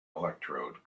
electrode